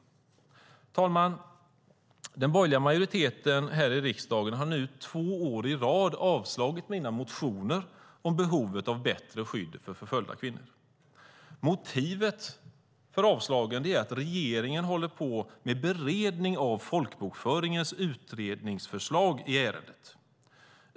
Herr talman! Den borgerliga majoriteten här i riksdagen har nu två år i rad avslagit mina motioner om behovet av bättre skydd för förföljda kvinnor. Motivet för avslagen har varit att regeringen håller på med beredning av Folkbokföringsutredningens förslag i ärendet.